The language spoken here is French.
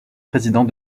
président